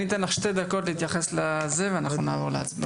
אני אתן לך שתי דקות להתייחס ואנחנו נעבור להצבעה.